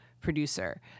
producer